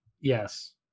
Yes